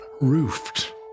roofed